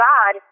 God